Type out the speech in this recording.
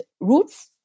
roots